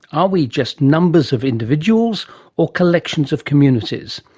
are we just numbers of individuals or collections of communities?